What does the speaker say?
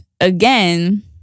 again